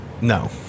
No